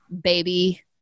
baby